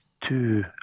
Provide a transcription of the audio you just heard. two